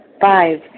Five